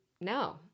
No